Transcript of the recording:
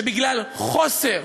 שבגלל חוסר